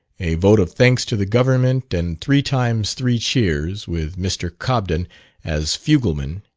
a vote of thanks to the government, and three times three cheers, with mr. cobden as fugleman,